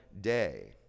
day